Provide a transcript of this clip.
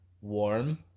warm